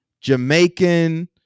Jamaican